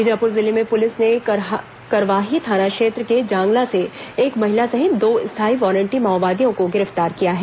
बीजापुर जिले में पुलिस ने करवाही थाना क्षेत्र के जांगला से एक महिला सहित दो स्थायी वारंटी माओवादियों को गिरफ्तार किया है